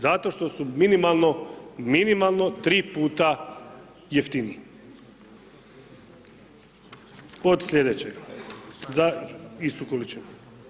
Zato što su minimalno 3 puta jeftiniji od sljedećega za istu količinu.